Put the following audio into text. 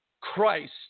Christ